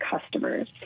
customers